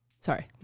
sorry